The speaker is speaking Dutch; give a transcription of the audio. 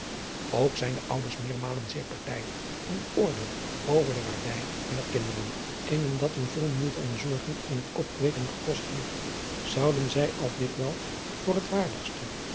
ook zijn de ouders meermalen zeer partijdig in hun oordeel over de waardij hunner kinderen een dat hun veel moeite en zorgen in het opkweeken gekost heft houden zij al dikwijls voor het waardigste